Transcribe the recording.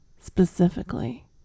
Specifically